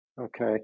okay